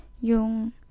yung